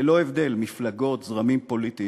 ללא הבדל מפלגות וזרמים פוליטיים,